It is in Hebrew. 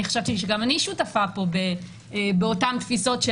חשבתי שגם אני שותפה פה לאותן תפיסות.